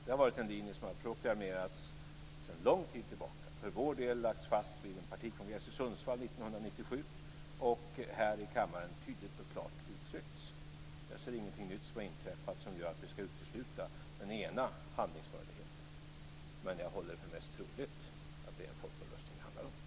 Det har varit den linje som har proklamerats sedan lång tid tillbaka och för vår del lagts fast vid en partikongress i Sundsvall 1997 och här i kammaren tydligt och klart uttryckts. Jag ser ingenting nytt som har inträffat som gör att vi ska utesluta den ena handlingsmöjligheten, men jag håller det för mest troligt att det är en folkomröstning det handlar om.